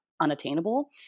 unattainable